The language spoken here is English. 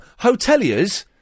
hoteliers